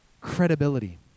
credibility